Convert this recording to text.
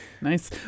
Nice